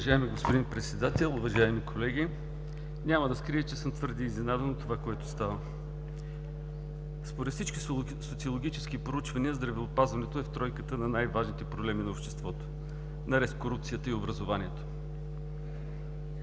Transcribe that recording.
Уважаеми господин Председател, уважаеми колеги! Няма да скрия, че съм твърде изненадан от това, което става. Според всички социологически проучвания, здравеопазването е в тройката на най-важните проблеми на обществото, наред с корупцията и образованието.